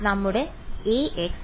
നമുക്ക് അതിനെ Ax c എന്ന് വിളിക്കാം